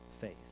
faith